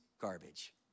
garbage